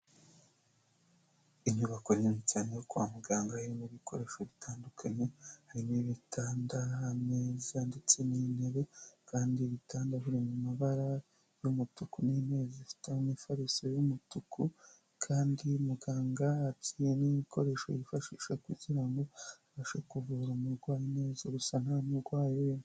Inyubako nini cyane yo kwa muganga irimo ibikoresho bitandukanye, harimo ibitanda, ameza ndetse n'intebe, kandi ibitanda biri mu mabara y'umutuku, n'intebe zifite mu ifariso y'umutuku, kandi muganga n'ibikoresho yifashisha kugira ngo abashe kuvura umurwayi neza gusa ntamurwayi urimo.